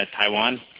Taiwan